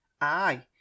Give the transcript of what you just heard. Aye